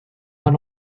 mal